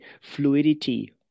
fluidity